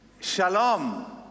shalom